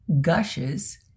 gushes